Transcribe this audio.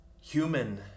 human